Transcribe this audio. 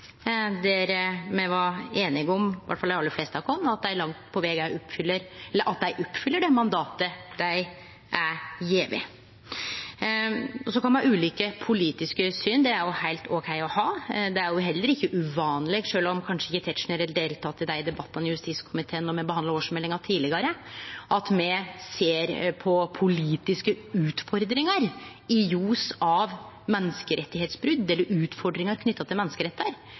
var me einige om, i alle fall dei aller fleste av oss, at dei oppfyller det mandatet dei er gjeve. Så kan me ha ulike politiske syn. Det er heilt ok å ha. Det er heller ikkje uvanleg – sjølv om kanskje ikkje Tetzschner har delteke i debattane i justiskomiteen når me har behandla årsmeldinga tidlegare – at me ser på politiske utfordringar i ljos av menneskerettsbrot, der det er utfordringar knytte til menneskerettar.